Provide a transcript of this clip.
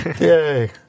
Yay